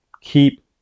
keep